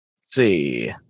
see